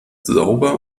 sauber